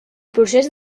procés